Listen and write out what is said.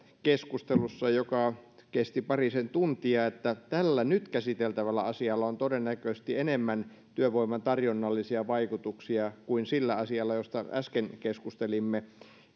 keskustelussa joka kesti parisen tuntia että tällä nyt käsiteltävällä asialla on todennäköisesti enemmän työvoiman tarjonnallisia vaikutuksia kuin sillä asialla josta äsken keskustelimme